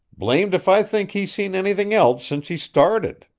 blamed if i think he's seen anything else since he started.